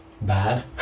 Bad